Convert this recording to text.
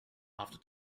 after